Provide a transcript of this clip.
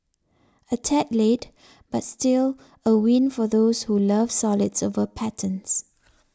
a tad late but still a win for those who love solids over patterns